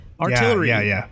artillery